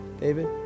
David